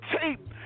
tape